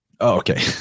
Okay